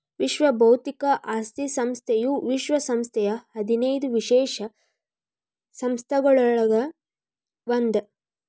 ವಿಶ್ವ ಬೌದ್ಧಿಕ ಆಸ್ತಿ ಸಂಸ್ಥೆಯು ವಿಶ್ವ ಸಂಸ್ಥೆಯ ಹದಿನೈದು ವಿಶೇಷ ಸಂಸ್ಥೆಗಳೊಳಗ ಒಂದ್